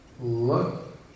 Look